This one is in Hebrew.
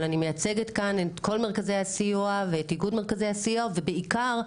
אבל אני מייצגת כאן את כל מרכזי הסיוע ואת פיקוד מרכזי הסיוע ובעיקר,